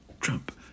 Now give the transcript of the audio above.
Trump